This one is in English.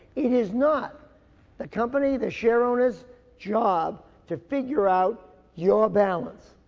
it is not the company the share owners job to figure out your balance.